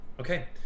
Okay